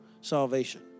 salvation